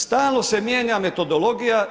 Stalno se mijenja metodologija.